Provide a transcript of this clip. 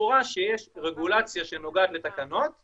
שיש רגולציה שנוגעת לתקנות-